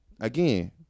Again